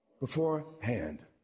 Beforehand